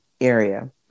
area